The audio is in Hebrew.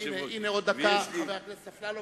בבקשה, הנה עוד דקה, חבר הכנסת אפללו.